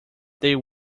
there